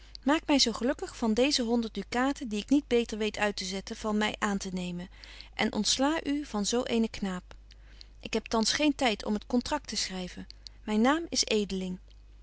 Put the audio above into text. maak my zo gelukkig van deeze honderd ducaten die ik niet beter weet uit te zetten van my aantenemen en ontsla u van zo eenen knaap ik heb thans geen tyd om het contract te schryven myn naam is edeling